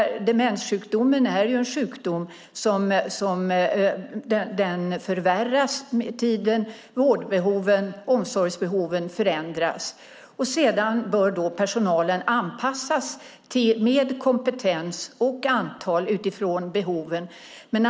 Demenssjukdomen är ju en sjukdom som förvärras med tiden, och omsorgsbehoven förändras. Sedan bör då personalen anpassas beträffande kompetens och antal utifrån behoven.